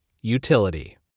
utility